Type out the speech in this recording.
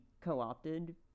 co-opted